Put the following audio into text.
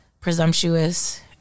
presumptuous